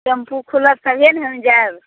tempo खुलत तभे ने हम जाएब